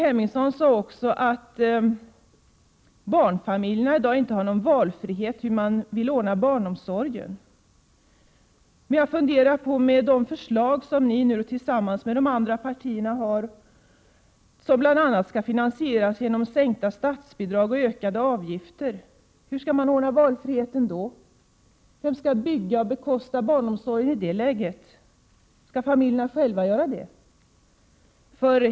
Vidare sade Ingrid Hemmingsson att barnfamiljerna i dag inte har någon frihet i fråga om valet av barnomsorg. Men med tanke på de förslag som ni moderater har gemensamt med de andra borgerliga partierna och som, om de förverkligas, bl.a. skall finansieras genom sänkta statsbidrag och ökade avgifter måste jag fråga: Hur blir det då med valfriheten? Vem skall bygga och bekosta vad som behövs inom barnomsorgen i det läget? Skall familjerna själva göra det?